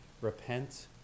Repent